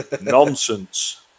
Nonsense